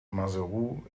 maseru